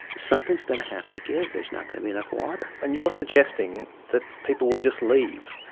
something's going to have to give, there's not going to be enough water. and you're suggesting that people will just leave.